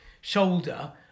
shoulder